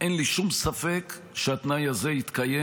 אין לי שום ספק שהתנאי הזה התקיים,